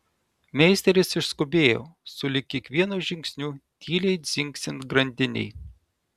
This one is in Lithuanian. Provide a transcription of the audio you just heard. meisteris išskubėjo sulig kiekvienu žingsniu tyliai dzingsint grandinei